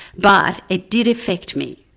but it did affect me.